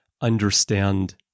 understand